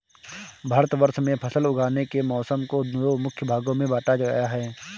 भारतवर्ष में फसल उगाने के मौसम को दो मुख्य भागों में बांटा गया है